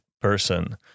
person